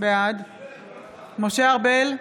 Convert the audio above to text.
בעד משה ארבל,